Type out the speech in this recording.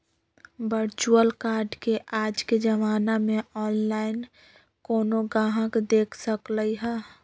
virtual card के आज के जमाना में ऑनलाइन कोनो गाहक देख सकलई ह